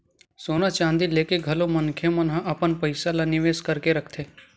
सोना चांदी लेके घलो मनखे मन ह अपन पइसा ल निवेस करके रखथे